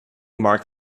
marked